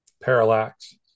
Parallax